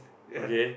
ya